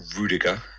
Rudiger